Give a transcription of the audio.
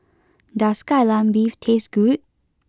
does Kai Lan Beef taste good